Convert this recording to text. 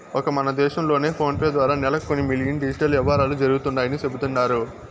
ఒక్క మన దేశం లోనే ఫోనేపే ద్వారా నెలకి కొన్ని మిలియన్ డిజిటల్ యవ్వారాలు జరుగుతండాయని సెబుతండారు